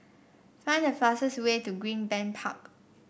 find the fastest way to Greenbank Park